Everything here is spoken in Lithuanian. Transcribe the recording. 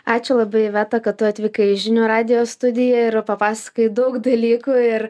ačiū labai iveta kad tu atvykai į žinių radijo studiją ir papasakojai daug dalykų ir